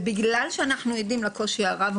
בגלל שאנחנו ערים לקושי הרב,